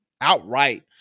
outright